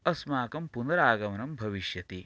अस्माकं पुनरागमनं भविष्यति